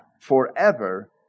forever